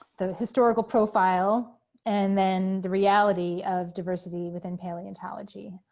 the historical profile and then the reality of diversity within paleontology.